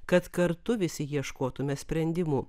kad kartu visi ieškotume sprendimų